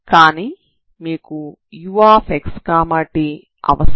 కానీ మీకు uxt అవసరం